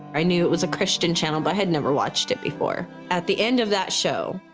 i knew it was a christian channel, but i had never watched it before. at the end of that show.